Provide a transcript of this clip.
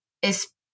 es